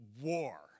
war